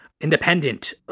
independent